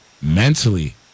Mentally